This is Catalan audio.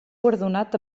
guardonat